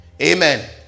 Amen